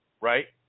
right